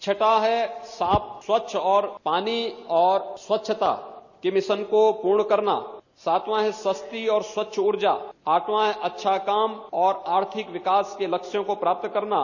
छठा है साफ स्वच्छ और पानी और स्वच्छता के रिशन को पूर्ण करना सातवां है सस्ती और स्वच्छ ऊर्जा आठवां है अच्छा काम और आर्थिक के लक्ष्यों को प्राप्त करना है